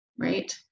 right